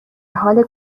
حال